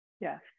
Yes